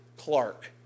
Clark